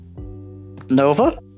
Nova